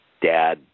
dad